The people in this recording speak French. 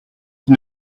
qui